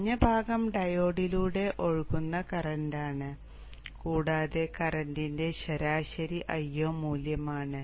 മഞ്ഞ ഭാഗം ഡയോഡിലൂടെ ഒഴുകുന്ന കറന്റാണ് കൂടാതെ ഡയോഡ് കറന്റിന്റെ ശരാശരി Io മൂല്യമാണ്